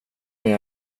mig